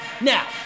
Now